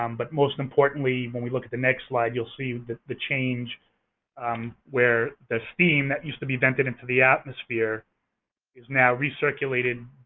um but, most importantly, when we look at the next slide, you'll see the the change where the steam that used to be vented into the atmosphere is now recirculated,